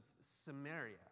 Samaria